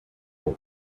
war